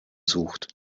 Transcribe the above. sucht